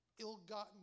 ill-gotten